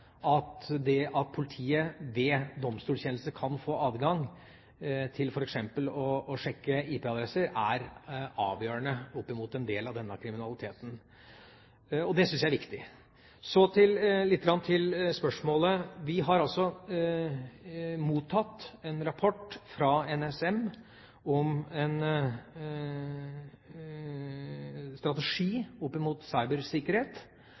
at det at politiet ved domstolskjennelse kan få adgang til f.eks. å sjekke IP-adresser, er avgjørende opp mot en del av denne kriminaliteten. Og det syns jeg er viktig. Så litt tilbake til spørsmålet. Vi har altså mottatt en rapport fra NSM om en strategi for cybersikkerhet.